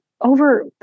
over